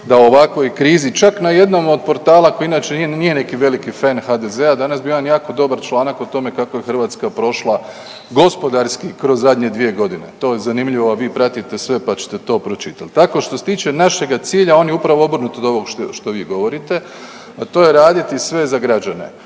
da u ovakvoj krizi čak na jednom od portala koji inače nije neki veliki fen HDZ-a danas bio jedan jako dobar članak o tome kako je Hrvatska prošla gospodarski kroz zadnje dvije godine, to je zanimljivo, a vi pratite sve pa ćete to pročitat. Tako što se tiče našega cilja on je upravo obrnut od ovog što vi govorite, a to je raditi sve za građane,